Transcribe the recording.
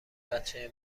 بچه